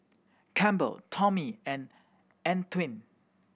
Campbell Tommie and Antwain